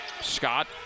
Scott